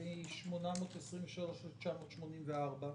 מ-823 ל-984?